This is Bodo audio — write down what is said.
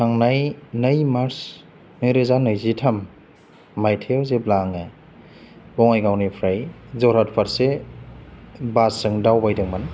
थांनाय नै मार्च नै रोजा नैजि थाम माइथायाव जेब्ला आङो बङाइगावनिफ्राय जरहात फारसे बासजों दावबायदोंमोन